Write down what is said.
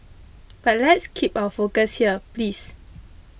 but let's keep our focus here please